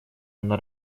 она